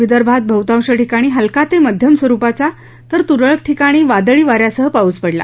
विदर्भात बहतांश ठिकाणी हलका ते मध्यम स्वरुपाचा तर तुरळक ठिकाणी वादळी वा यासह पाऊस पडला